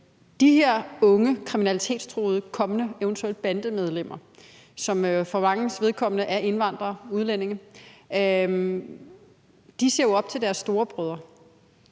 De her unge kriminalitetstruede og eventuelt kommende bandemedlemmer, som jo for manges vedkommende er indvandrere og udlændinge, ser jo op til deres storebrødre,